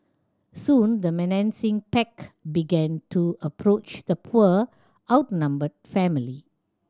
soon the menacing pack began to approach the poor outnumbered family